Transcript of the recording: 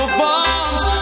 bombs